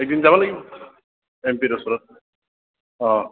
একদিন যাব লাগিব এম পি ৰ ওচৰত অঁ